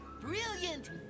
Brilliant